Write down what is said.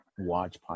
watch